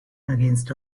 against